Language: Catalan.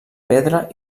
pedra